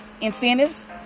incentives